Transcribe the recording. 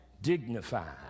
dignified